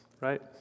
right